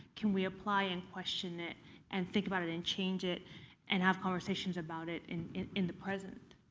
can we apply and question it and think about it and change it and have conversations about it in it in the present?